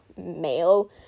male